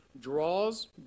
draws